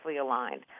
aligned